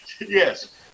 yes